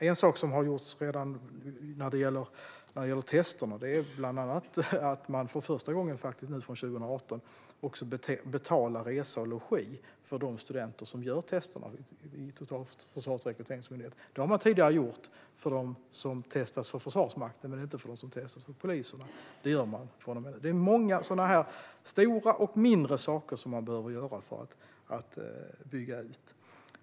En sak som redan har gjorts är att man nu från 2018 för första gången också betalar resa och logi för de studenter som gör testerna vid Totalförsvarets rekryteringsmyndighet. Det har man tidigare gjort för dem som testas för Försvarsmakten men inte för dem som testas för polisen. Det gör man från och med nu. Det är många sådana stora och mindre saker som man behöver göra för att bygga ut.